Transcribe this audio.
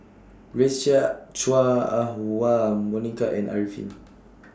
Grace Chia Chua Ah Huwa Monica and Arifin